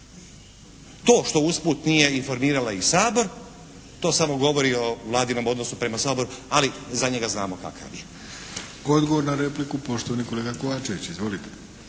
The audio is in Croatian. To što usput nije informirala i Sabor to samo govori o Vladinom odnosu prema Saboru, ali za njega znamo kakav je.